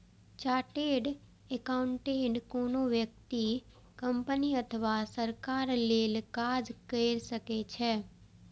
chartered accountant कोनो व्यक्ति, company अथवा सरकार लेल काज कैर सकै छै